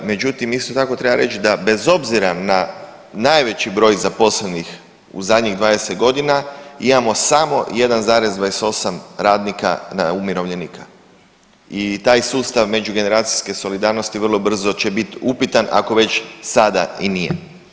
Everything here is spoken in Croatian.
Međutim, isto tako treba reći da bez obzira na najveći broj zaposlenih u zadnjih 20 godina imamo samo 1,28 radnika umirovljenika i taj sustav međugeneracijske solidarnosti vrlo brzo će bit upitan ako već sada i nije.